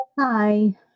hi